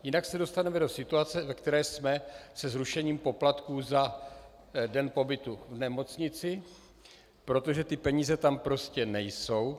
Jinak se dostaneme do situace, ve které jsme se zrušením poplatků za den pobytu v nemocnici, protože ty peníze tam prostě nejsou.